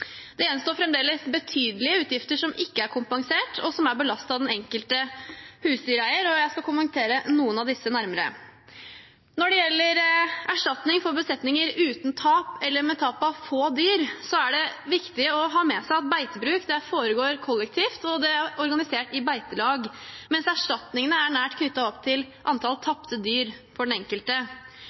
Det gjenstår fremdeles betydelige utgifter som ikke er kompensert, og som er belastet den enkelte husdyreier. Jeg skal kommentere noen av disse nærmere. Når det gjelder erstatning for besetninger uten tap eller med tap av få dyr, er det viktig å ha med seg at beitebruk foregår kollektivt, det er organisert i beitelag, mens erstatningene er nært knyttet opp til antall tapte dyr for den enkelte,